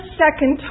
second